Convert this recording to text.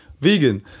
vegan